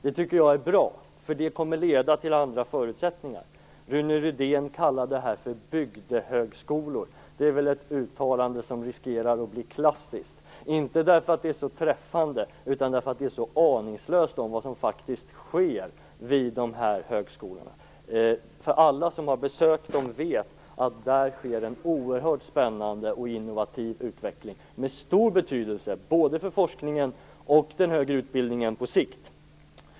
Det tycker jag är bra, eftersom det kommer att leda till andra förutsättningar. Rune Rydén kallar dessa högskolor för bygdehögskolor. Det är väl ett uttalande som riskerar att bli klassiskt, inte därför att det är så träffande utan därför att det visar en aningslöshet om vad som faktiskt sker vid dessa högskolor. Alla som har besökt dem vet att det där sker en oerhört spännande och innovativ utveckling med stor betydelse både för forskningen och för den högre utbildningen på sikt.